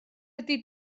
ydy